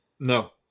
No